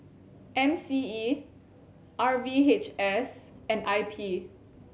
M C E R V H S and I P